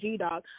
G-Dog